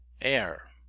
air